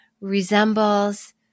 resembles